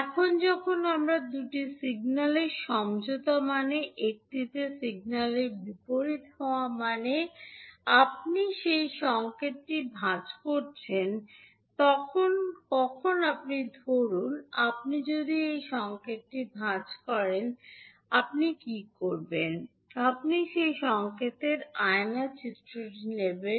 এখন যখন আমরা বলি দুটি সিগন্যালের সমঝোতা মানে একটিতে সিগন্যালের বিপরীত হওয়া মানে আপনি সেই সংকেতটি ভাঁজ করছেন তখন কখন আপনি ধরুন আপনি যদি এই সংকেতটি ভাঁজ করেন আপনি কী করবেন আপনি সেই সংকেতের আয়না চিত্রটি নেবেন